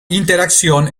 interacción